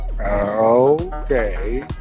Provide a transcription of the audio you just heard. okay